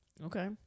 okay